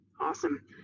Awesome